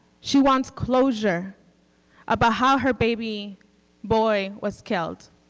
she wants closure about how her baby boy was killed,